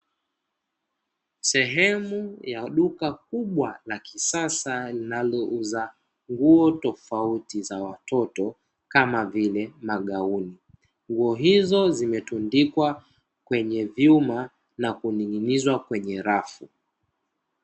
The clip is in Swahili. Sehemu ya duka kubwa la kisasa linalouza nguo tofauti za watoto kama vile magauni, nguo hizo zimetundikwa kwenye vyuma na kuninginizwa kwenye rafu .